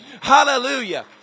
Hallelujah